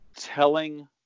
telling